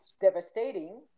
devastating